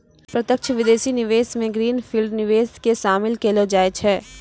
प्रत्यक्ष विदेशी निवेश मे ग्रीन फील्ड निवेश के शामिल केलौ जाय छै